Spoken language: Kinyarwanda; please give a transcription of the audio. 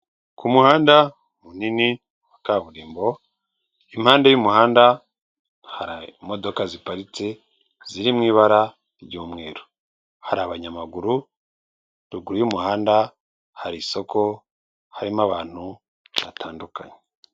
Ku muhanda munini wa kaburimbo, impande y'umuhanda hari imodoka ziparitse ziri mu ibara ry'umweru, hari abanyamaguru, ruguru y'umuhanda hari isoko harimo abantu batandukanye.